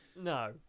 No